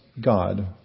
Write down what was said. God